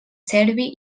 serbi